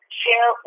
share